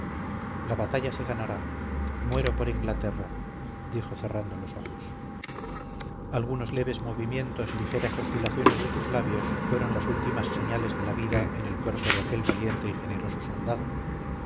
la batalla se ganará muero por inglaterra dijo cerrando los ojos algunos leves movimientos y ligeras oscilaciones de sus labios fueron las últimas señales de la vida en el cuerpo de aquel valiente y generoso soldado